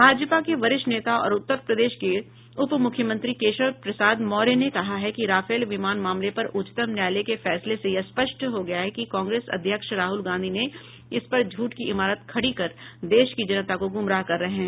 भाजपा के वरिष्ठ नेता और उत्तर प्रदेश के उप मुख्यमंत्री केशव प्रसाद मौर्य ने कहा है कि राफेल विमान मामले पर उच्चतम न्यायालय के फैसले से यह स्पष्ट हो गया है कि कांग्रेस अध्यक्ष राहुल गांधी ने इस पर झूठ की इमारत खड़ी कर देश की जनता को गुमराह कर रहे हैं